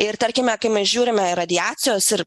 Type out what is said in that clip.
ir tarkime kai mes žiūrime į radiacijos ir